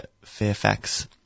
Fairfax